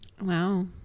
Wow